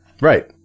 Right